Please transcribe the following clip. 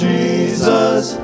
Jesus